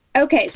Okay